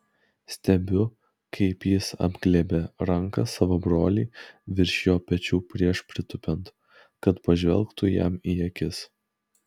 stebiu kaip jis apglėbia ranka savo brolį virš jo pečių prieš pritūpiant kad pažvelgtų jam į akis